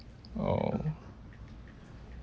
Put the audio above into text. oh